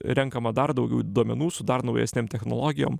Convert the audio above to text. renkama dar daugiau duomenų su dar naujesnėm technologijom